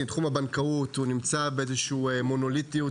ותחום הבנקאות נמצא באיזו שהיא מונוליטיות,